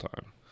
time